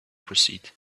proceed